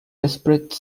desperate